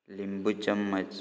लिंबू चम्मच